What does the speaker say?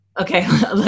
okay